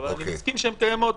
אבל אני מסכים שהן קיימות.